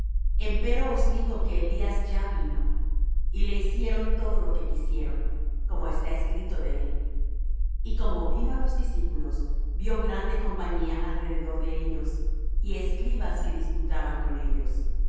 en nada empero os digo que elías ya vino y le hicieron todo lo que quisieron como está escrito de él y como vino á los discípulos vió grande compañía alrededor de ellos y escribas que disputaban con ellos